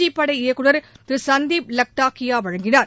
G படை இயக்குனர் திரு சுதிப் லக்டாக்கியா வழங்கினார்